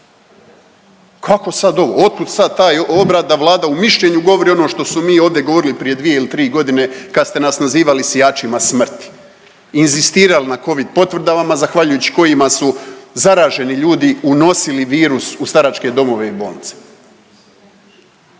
Kako sad ovo? Otkud sad ovaj obrat da Vlada u mišljenju govori ono što smo mi ovdje govorili prije 2 ili 3 godine kad ste nas nazivali sijačima smrti i inzistirali na Covid potvrdama zahvaljujućima kojima su zaraženi ljudi unosili virus u staračke domove i bolnice.